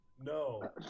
No